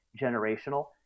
generational